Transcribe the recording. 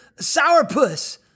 sourpuss